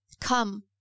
come